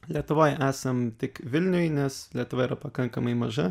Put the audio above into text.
lietuvoj esam tik vilniuj nes lietuva yra pakankamai maža